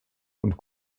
und